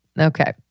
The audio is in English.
Okay